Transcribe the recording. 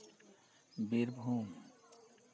Birbhum